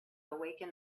awaken